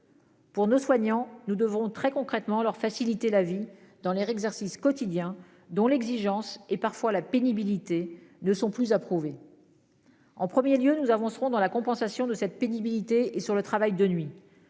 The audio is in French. Pour nos soignants nous devons très concrètement leur faciliter la vie dans les exercices quotidiens dont l'exigence et parfois la pénibilité ne sont plus à prouver. En 1er lieu nous avancerons dans la compensation de cette pénibilité et sur le travail de nuit